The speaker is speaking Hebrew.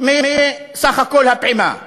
מסך כל הפעימה לעזה,